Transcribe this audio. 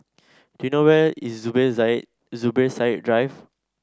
do you know where is Zubir Zubir Said Drive